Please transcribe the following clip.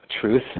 truth